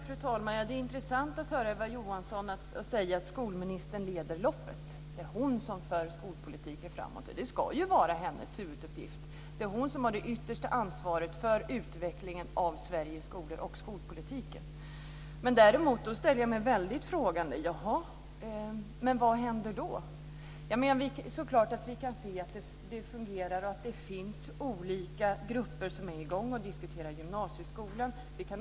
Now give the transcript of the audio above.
Fru talman! Det är intressant att höra Eva Johansson säga att skolministern leder loppet. Det är hon som för skolpolitiken framåt, och det är ju hennes huvuduppgift. Det är hon som har det yttersta ansvaret för utvecklingen av Sveriges skolor och skolpolitiken. Då ställer jag mig frågan: Men vad händer då? Vi kan se att det fungerar och att det finns olika grupper som är i gång med att diskutera gymnasieskolan.